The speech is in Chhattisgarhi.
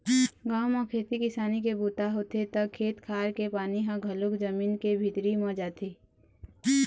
गाँव म खेती किसानी के बूता होथे त खेत खार के पानी ह घलोक जमीन के भीतरी म जाथे